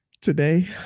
today